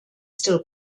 still